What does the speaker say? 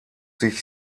sich